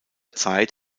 zeit